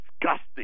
disgusting